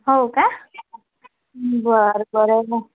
हो का बरं बरं म